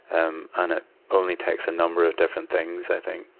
um, and it only takes a number of different things, i think,